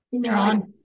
John